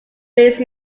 based